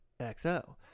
XO